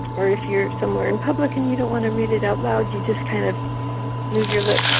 or if you're somewhere in public and you don't want to read it out loud, you just kind of move your lips